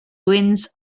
wins